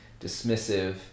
dismissive